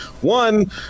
One